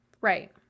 Right